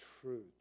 truth